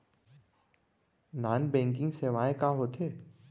Non banking सेवाएं का होथे?